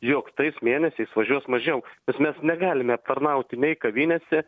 jog tais mėnesiais važiuos mažiau nes mes negalime aptarnauti nei kavinėse